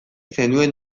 zenuen